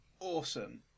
Awesome